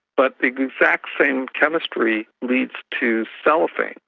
but the exact same chemistry leads to cellophane,